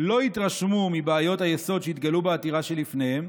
לא התרשמו מבעיות היסוד שהתגלו בעתירה שלפניהם